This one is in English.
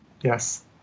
yes